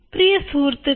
പ്രിയ സുഹൃത്തുക്കളെ